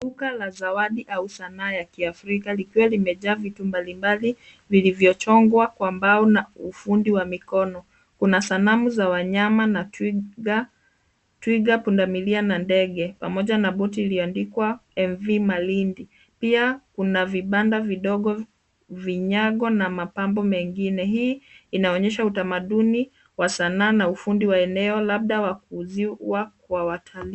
Duka la zawadi au sanaa ya kiafrika likiwa limejaa vitu mbalimbali vilivyochongwa kwa mbao na ufundi wa mikono. Kuna sanamu za wanyama na twiga- twiga, pundamilia na ndege pamoja na boti lililoandikwa LV MALINDI. Pia kuna vibanda vidogo, vinyago na mapambo mengine. Hii inaonyesha utamaduni wa sanaa na ufundi wa eneo labda wakuuziwa kwa watalii.